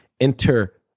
enter